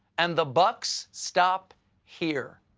and the bucks stopped here.